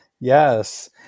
Yes